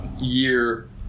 year